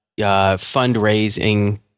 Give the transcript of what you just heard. fundraising